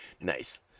Nice